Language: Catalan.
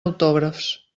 autògrafs